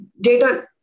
data